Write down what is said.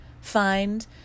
find